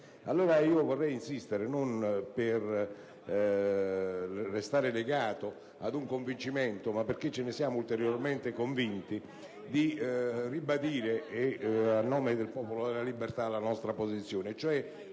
riflessioni. Vorrei insistere sul punto, non per restare legato ad un convincimento, ma perché ce ne siamo ulteriormente convinti, e ribadire, a nome del Popolo della Libertà, la nostra posizione: